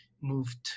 moved